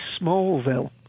Smallville